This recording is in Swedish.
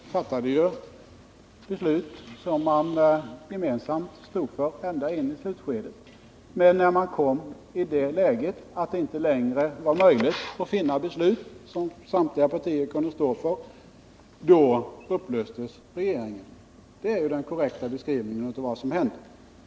Herr talman! Regeringen fattade ända in i slutskedet beslut som den gemensamt stod för. Men när den kom i det läget att det inte längre var möjligt att fatta beslut som samtliga partier kunde stå för upplöstes regeringen. Det är den korrekta beskrivningen av vad som hände.